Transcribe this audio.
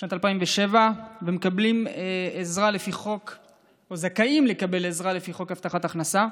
משנת 2007 ומקבלים עזרה או זכאים לקבל עזרה לפי חוק הבטחת הכנסה.